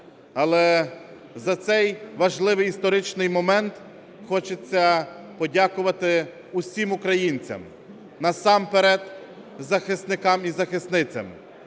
Але за цей важливий історичний момент хочеться подякувати усім українцям, насамперед захисникам і захисницям,